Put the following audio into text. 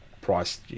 priced